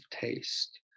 taste